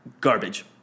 garbage